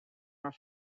are